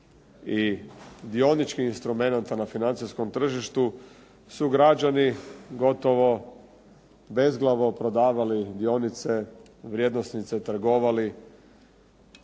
i dioničkih instrumenata na financijskom tržištu su građani gotovo bezglavo prodavali dionice, vrijednosnice, trgovali,